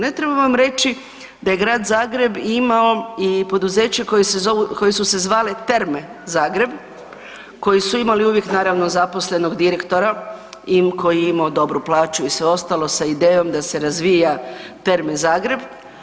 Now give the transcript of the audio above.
Ne trebam vam reći da je grad Zagreb imao i poduzeće koje su se zvale terme Zagreb koje su imale uvijek naravno zaposlenog direktora koji je imao dobru plaću i sve ostalo sa idejom da se razvija terme Zagreb.